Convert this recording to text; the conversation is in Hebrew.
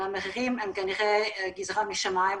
והמחירים הם כנראה גזרה משמים,